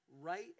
right